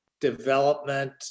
development